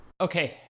okay